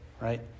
right